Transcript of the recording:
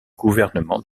gouvernement